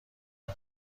این